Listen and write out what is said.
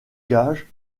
gage